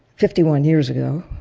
fifty one years ago,